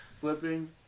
Flipping